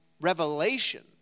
revelation